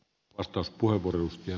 arvoisa puhemies